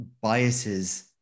biases